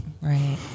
right